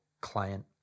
client